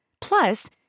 Plus